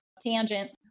tangent